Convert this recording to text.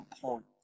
point